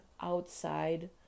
outside